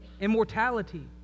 immortality